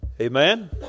Amen